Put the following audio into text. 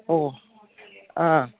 ഓ ആ